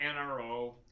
nro